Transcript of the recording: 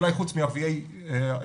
אולי חוץ מערביי ישראל,